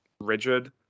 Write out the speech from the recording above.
rigid